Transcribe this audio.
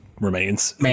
remains